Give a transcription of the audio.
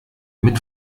mit